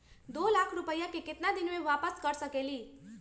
दो लाख रुपया के केतना दिन में वापस कर सकेली?